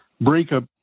breakup